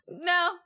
No